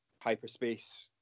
hyperspace